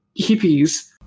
hippies